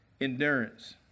Endurance